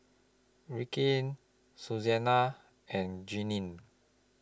Rickie Susanne and Glennie